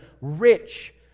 rich